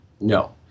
No